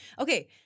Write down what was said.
Okay